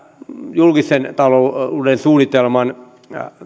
julkisen talouden suunnitelman